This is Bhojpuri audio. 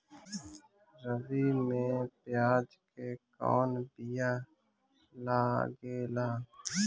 रबी में प्याज के कौन बीया लागेला?